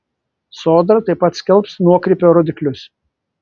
sodra taip pat skelbs nuokrypio rodiklius